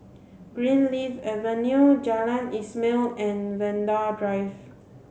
Greenleaf Avenue Jalan Ismail and Vanda Drive